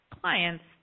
clients